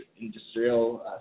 industrial